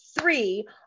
three